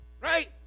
Right